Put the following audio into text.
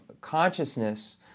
consciousness